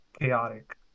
chaotic